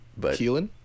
Keelan